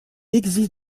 existe